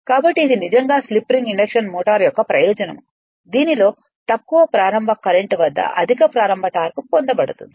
కాబట్టి ఇది నిజంగా స్లిప్ రింగ్ ఇండక్షన్ మోటర్ యొక్క ప్రయోజనం దీనిలో తక్కువ ప్రారంభ కరెంట్ వద్ద అధిక ప్రారంభ టార్క్ పొందబడుతుంది